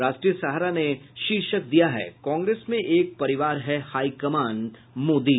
राष्ट्रीय सहारा ने शीर्षक दिया है कांग्रेस में एक परिवार है हाई कमान मोदी